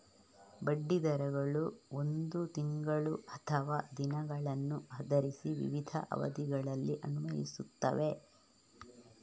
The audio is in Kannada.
ಬಡ್ಡಿ ದರಗಳು ಒಂದು ತಿಂಗಳು ಅಥವಾ ದಿನಗಳನ್ನು ಆಧರಿಸಿ ವಿವಿಧ ಅವಧಿಗಳಲ್ಲಿ ಅನ್ವಯಿಸುತ್ತವೆ